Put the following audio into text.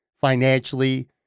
financially